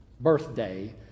birthday